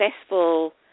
successful